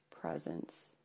presence